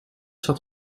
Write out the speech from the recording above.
zat